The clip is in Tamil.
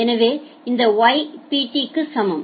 எனவே இந்த Y Pt க்கு சமம்